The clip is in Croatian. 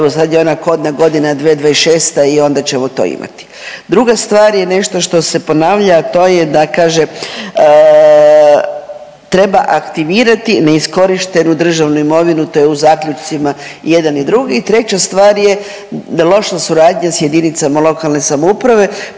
sad je ona kodna godina 2026. i onda ćemo to imati. Druga stvar je nešto što se ponavlja, a to je da kaže treba aktivirati neiskorištenu državnu imovinu to je u zaključcima jedan i drugi. Treća stvar je da loša suradnja s jedinicama lokalne samouprave